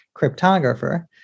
cryptographer